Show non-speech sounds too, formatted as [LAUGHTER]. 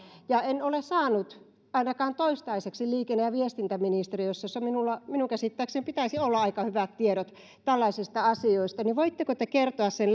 ja en ole saanut sitä ainakaan toistaiseksi liikenne ja viestintäministeriöstä jossa minun käsittääkseni pitäisi olla aika hyvät tiedot tällaisista asioista voitteko te kertoa sen [UNINTELLIGIBLE]